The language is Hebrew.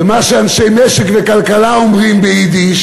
ומה שאנשי משק וכלכלה אומרים ביידיש